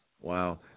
Wow